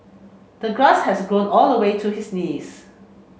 the grass has grown all the way to his knees